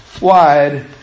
wide